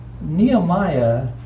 Nehemiah